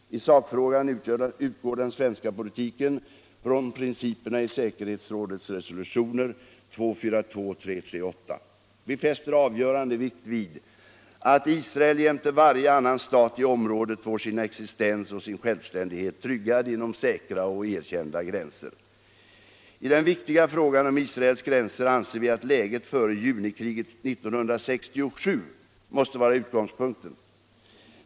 I sakfrågan utgår den svenska politiken från principerna i säkerhetsrådets resolutioner 242 och 338: Vi fäster avgörande vikt vid att Israel jämte varje annan stat i området får sin existens och sin självständighet tryggad inom säkra och erkända gränser. I den viktiga frågan om Israels gränser anser vi att läget före junikriget 1967 måste vara utgångspunkten.